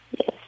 yes